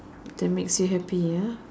that makes you happy ya